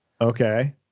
Okay